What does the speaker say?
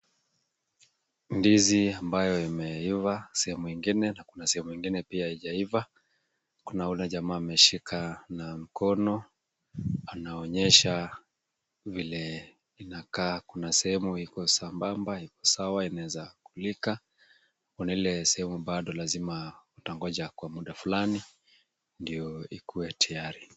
Ndizi ambayo imeiva sehemu ingine na kuna sehemu ingine pia haijaiva. Kuna yule jamaa ameshika na mkono. Anaonyesha vile inakaa. Kuna sehemu iko sambamba iko sawa inaweza kulika. Kuna ile sehemu bado lazima utangoja kwa muda flani ndio ikuwe tayari.